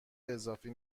اضافی